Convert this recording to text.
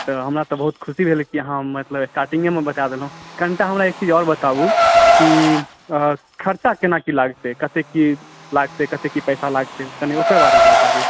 तऽ हमरा तऽ बहुत खुशी भेल कि अहाँ हम मतलब स्टॉर्टिंगेमे बता देलहुँ कनिटा हमरा एक चीज आओर बताबु कि खर्चा केना की लागतै कते की लागतै कते की पैसा लागतै कनि पकर बारेमे बता दिऔ